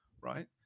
right